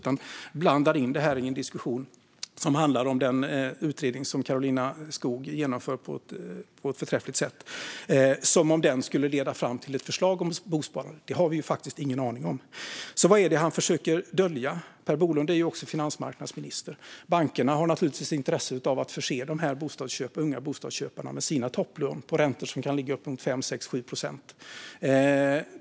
Han blandar i stället in det i en diskussion som handlar om den utredning som Karolina Skog genomför på ett förträffligt sätt som om den skulle leda fram till ett förslag om bosparande. Det har vi ju faktiskt ingen aning om. Vad är det då Per Bolund försöker dölja? Han är ju också finansmarknadsminister. Bankerna har naturligtvis intresse av att förse de unga bostadsköparna med sina topplån med räntor som kan ligga på uppemot 5-7 procent.